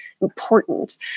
important